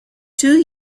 two